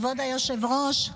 כבוד היושב-ראש,